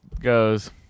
goes